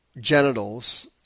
genitals